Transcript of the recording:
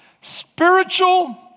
spiritual